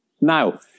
Now